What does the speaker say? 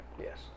Yes